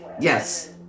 yes